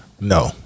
No